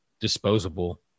disposable